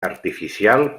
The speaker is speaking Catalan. artificial